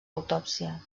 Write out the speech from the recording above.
autòpsia